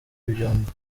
ibyombo